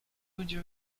ludzie